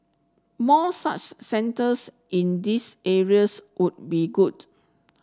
more such centres in these areas would be good